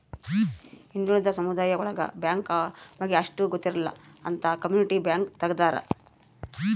ಹಿಂದುಳಿದ ಸಮುದಾಯ ಒಳಗ ಬ್ಯಾಂಕ್ ಬಗ್ಗೆ ಅಷ್ಟ್ ಗೊತ್ತಿರಲ್ಲ ಅಂತ ಕಮ್ಯುನಿಟಿ ಬ್ಯಾಂಕ್ ತಗ್ದಾರ